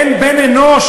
אין בן-אנוש,